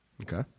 Okay